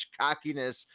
cockiness